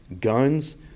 guns